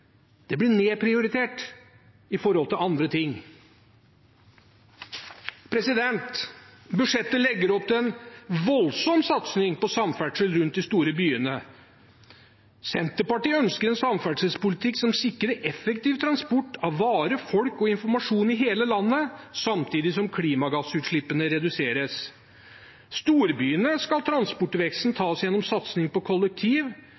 Det blir nedprioritert i forhold til andre ting. Budsjettet legger opp til en voldsom satsing på samferdsel rundt de store byene. Senterpartiet ønsker en samferdselspolitikk som sikrer effektiv transport av varer, folk og informasjon i hele landet, samtidig som klimagassutslippene reduseres. I storbyene skal transportveksten tas gjennom satsing på kollektiv.